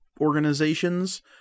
organizations